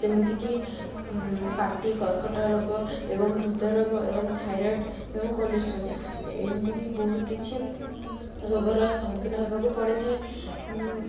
ଯେମିତିକି ପାଟି କର୍କଟ ରୋଗ ଏବଂ ହୃଦ ରୋଗ ଏବଂ ଥାଇରଏଡ଼୍ ଏବଂ କୋଲେଷ୍ଟ୍ରୋଲ୍ ଏମିତିକି ବହୁତ କିଛି ରୋଗର ସମ୍ମୁଖୀନ ହେବାକୁ ପଡ଼ିଥାଏ